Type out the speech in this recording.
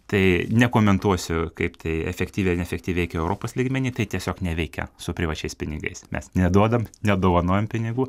tai nekomentuosiu kaip tai efektyviai ar neefektyviai veikia europos lygmeny tai tiesiog neveikia su privačiais pinigais mes neduodam nedovanojam pinigų